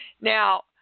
Now